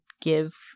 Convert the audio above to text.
give